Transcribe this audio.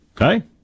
Okay